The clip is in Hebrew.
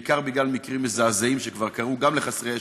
בעיקר בגלל מקרים מזעזעים שכבר קרו גם לחסרי ישע,